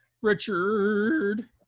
Richard